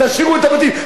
תשאירו את הבתים,